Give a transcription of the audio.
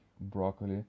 broccoli